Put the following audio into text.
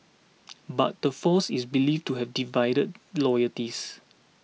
but the force is believed to have divided loyalties